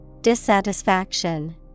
Dissatisfaction